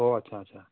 অঁ আচ্ছা আচ্ছা